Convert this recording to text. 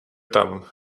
tam